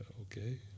okay